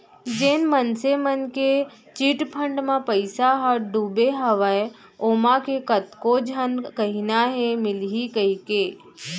जेन मनसे मन के चिटफंड म पइसा ह डुबे हवय ओमा के कतको झन कहिना हे मिलही कहिके